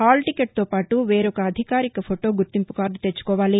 hall టికెట్తో పాటు వేరొక అధికారిక ఫొటో గుర్తింపు కార్ద తెచ్చుకోవాలి